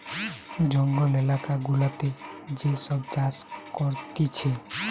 জঙ্গল এলাকা গুলাতে যে সব চাষ করতিছে